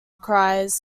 cries